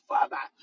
Father